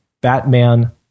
Batman